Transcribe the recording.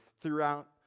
throughout